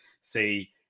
see